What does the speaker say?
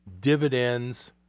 dividends